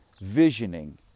visioning